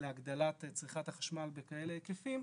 להגדלת צריכת החשמל בכאלה היקפים,